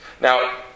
Now